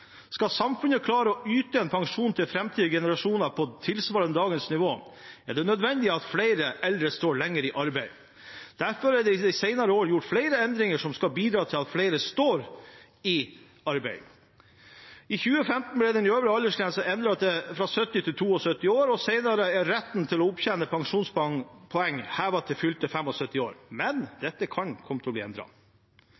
Skal samfunnet klare å yte en pensjon til framtidige generasjoner tilsvarende dagens nivå, er det nødvendig at flere eldre står lenger i arbeid. Derfor er det i senere år gjort flere endringer som skal bidra til at flere står lenger i arbeid. I 2015 ble den øvre aldersgrensen endret fra 70 til 72 år, og senere er retten til å opptjene pensjonspoeng hevet til fylte 75 år. Men